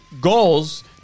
goals